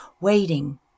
waiting